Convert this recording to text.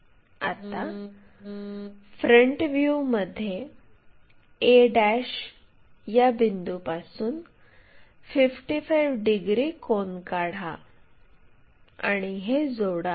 आता फ्रंट व्ह्यूमध्ये a या बिंदूपासून 55 डिग्री कोन काढा आणि हे जोडा